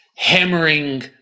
hammering